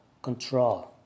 Control